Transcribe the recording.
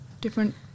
different